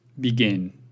begin